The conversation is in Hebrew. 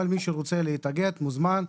כל מי שרוצה להתאגד מוזמן.